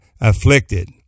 afflicted